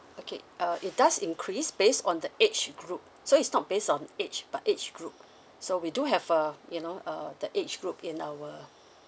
okay uh it does increase based on the age group so is not based on age but age group so we do have uh you know uh the age group in our